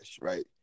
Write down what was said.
right